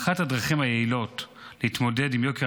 אחת הדרכים היעילות להתמודד עם יוקר